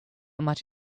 much